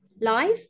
live